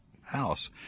house